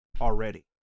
already